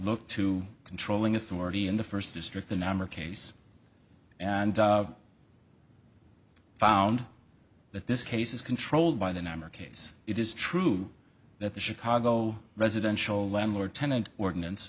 to controlling authority in the first district the namur case and found that this case is controlled by the namur case it is true that the chicago residential landlord tenant ordinance